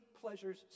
pleasures